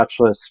touchless